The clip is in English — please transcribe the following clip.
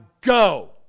go